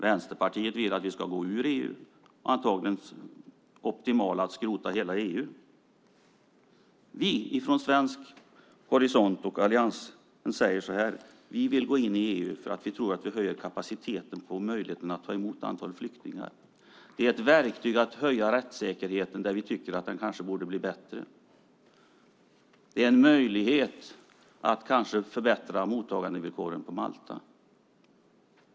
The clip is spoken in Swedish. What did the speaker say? Vänsterpartiet vill att vi ska gå ur EU - för dem är det optimala antagligen att skrota hela EU. Vi i Alliansen säger så här från svensk horisont: Vi ville gå in i EU för att vi tror att det höjer kapaciteten på möjligheterna att ta emot flyktingar. Det är ett verktyg för att öka rättssäkerheten där vi tycker att den kanske borde bli bättre. Det är en möjlighet att kanske förbättra mottagandevillkoren på Malta.